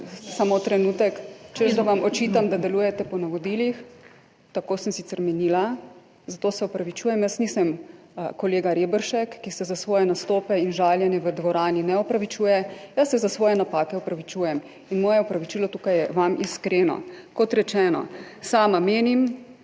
Samo trenutek. Češ da vam očitam, da delujete po navodilih. Tako sem sicer menila, zato se opravičujem. Jaz nisem kolega Reberšek, ki se za svoje nastope in žaljenje v dvorani ne opravičuje, jaz se za svoje napake opravičujem. In moje opravičilo tukaj vam je iskreno. Kot rečeno, sama menim,